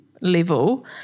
level